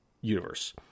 universe